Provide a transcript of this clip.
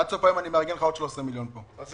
עד סוף היום אני מארגן לך עוד 13 מיליון שקלים.